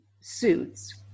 suits